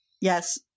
Yes